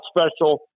special